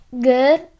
Good